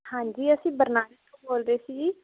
ਹਾਂਜੀ ਅਸੀਂ ਬਰਨਾਲੇ ਤੋਂ ਬੋਲ ਰਹੇ ਸੀ ਜੀ